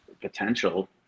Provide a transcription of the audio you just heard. potential